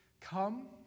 come